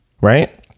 Right